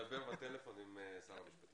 לדבר בטלפון עם שר המשפטים.